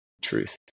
truth